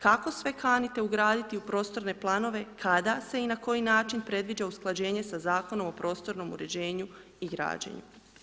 Kako sve kanite ugraditi u prostorne planove kada se i na koji način predviđa usklađenje sa Zakonom o prostornom uređenju i građenju.